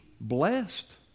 blessed